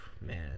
man